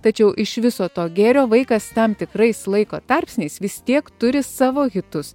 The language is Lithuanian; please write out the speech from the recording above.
tačiau iš viso to gėrio vaikas tam tikrais laiko tarpsniais vis tiek turi savo hitus